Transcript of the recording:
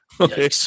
Okay